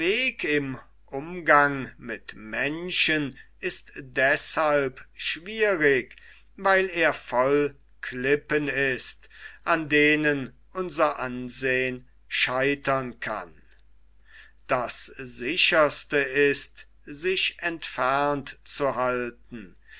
im umgang mit menschen ist deshalb schwierig weil er voll klippen ist an denen unser ansehn scheitern kann das sicherste ist sich entfernt zu halten